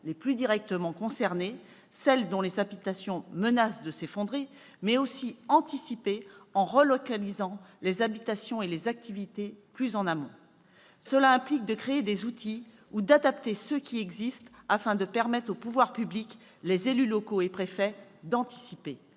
les plus directement concernées, c'est-à-dire celles dont les habitations menacent de s'effondrer, mais aussi anticiper en relocalisant les habitations et les activités économiques plus en amont. Cela implique de créer des outils ou d'adapter ceux qui existent afin de permettre aux pouvoirs publics- les élus locaux et les préfets -d'anticiper.